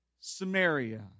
Samaria